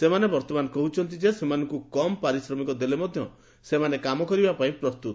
ସେମାନେ ବର୍ଭମାନ କହ୍ଛନ୍ତି ଯେ ସେମାନଙ୍ କମ ପାରିଶ୍ରମିକ ଦେଲେ ମଧ୍ୟ ସେମାନେ କାମ କରିବା ପାଇଁ ପ୍ରସ୍ତୁତ